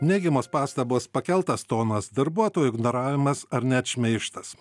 neigiamos pastabos pakeltas tonas darbuotojų ignoravimas ar net šmeižtas